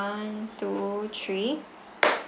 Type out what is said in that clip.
one two three